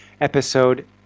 episode